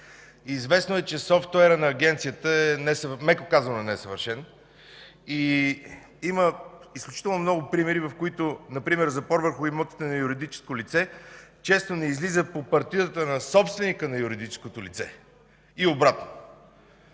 Известно е, че софтуерът на Агенцията е, меко казано, несъвършен и има изключително много примери за това. Например запор върху имотите на юридическо лице често не излиза по партидата на собственика на юридическото лице и обратно.